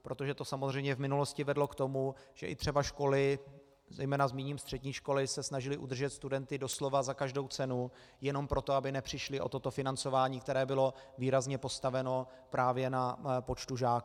Protože to samozřejmě v minulosti vedlo k tomu, že i třeba školy, zejména zmíním střední školy, se snažily udržet studenty doslova za každou cenu jenom proto, aby nepřišly o toto financování, které bylo výrazně postaveno právě na počtu žáků.